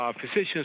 physicians